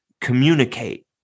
communicate